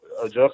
adjust